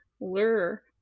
lure